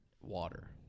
water